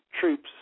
troops